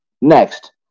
Next